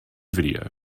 video